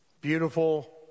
Beautiful